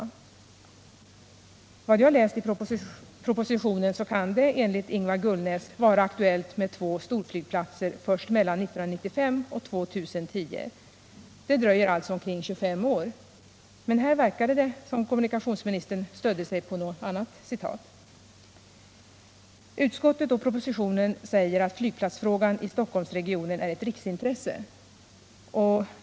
Efter vad jag har läst i propositionen kan det, enligt Ingvar Gullnäs, vara aktuellt med två storflygplatser först mellan åren 1995 och 2010. Det dröjer alltså omkring 25 år! Men här verkar det som om kommunikationsministern stödde sig på något annat citat. Utskottet och regeringen säger att frågan om flygplats i Stockholmsregionen är ett riksintresse.